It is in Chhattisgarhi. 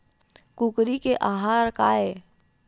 कुकरी के आहार काय?